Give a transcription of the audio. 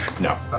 no.